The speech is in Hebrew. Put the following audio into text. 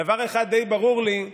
דבר אחד די ברור לי: